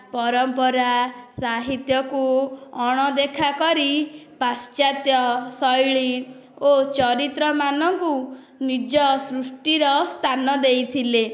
ପରମ୍ପରା ସାହିତ୍ୟକୁ ଅଣଦେଖା କରି ପାଶ୍ଚାତ୍ୟ ଶୈଳୀ ଓ ଚରିତ୍ର ମାନଙ୍କୁ ନିଜ ସୃଷ୍ଟିର ସ୍ଥାନ ଦେଇଥିଲେ